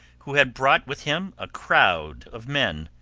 who had brought with him a crowd of men!